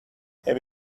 have